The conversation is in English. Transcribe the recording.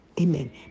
Amen